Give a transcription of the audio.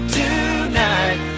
tonight